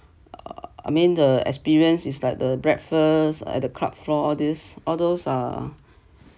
uh I mean the experience is like the breakfast at the club floor all this all those are